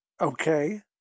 Okay